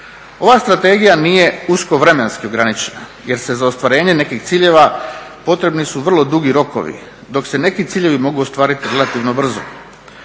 Ova strategija nije usko vremenski ograničena jer se za ostvarenje nekih ciljeva potrebni su vrlo dugi rokovi, dok se neki ciljevi mogu ostvariti relativno brzo.